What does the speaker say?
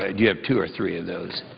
and you have two or three of those.